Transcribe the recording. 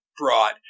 broad